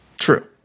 True